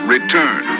Return